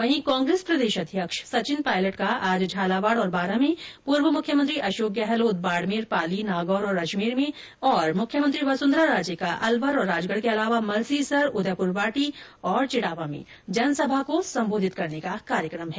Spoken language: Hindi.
इधर कांग्रेस प्रदेश अध्यक्ष सचिन पायलट का आज झालावाड़ और बांरा में पूर्व मुख्यमंत्री अशोक गहलोत बाड़मेर पाली नागौर और अजमेर में और मुख्यमंत्री वसुंधरा राजे का अलवर और राजगढ़ के अलावा मलसीसर उदयपुरवाटी और चिड़ावा में जनसभा को सम्बोधित करने का कार्यक्रम है